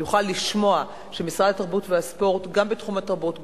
יוכל לשמוע שמשרד התרבות והספורט גם בתחום התרבות,